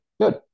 Good